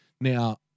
Now